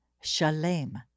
shalem